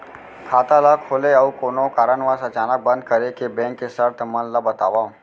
खाता ला खोले अऊ कोनो कारनवश अचानक बंद करे के, बैंक के शर्त मन ला बतावव